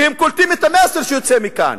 כי הם קולטים את המסר שיוצא מכאן,